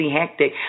hectic